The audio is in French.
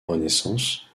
renaissance